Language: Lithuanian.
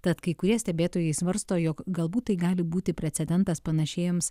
tad kai kurie stebėtojai svarsto jog galbūt tai gali būti precedentas panašiems